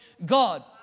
God